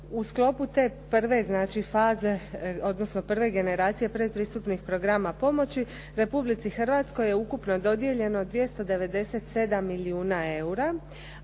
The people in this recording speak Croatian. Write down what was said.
odnosno prve generacije pretpristupnih programa pomoći Republici Hrvatskoj je ukupno dodijeljeno 297 milijuna eura